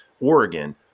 Oregon